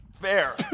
fair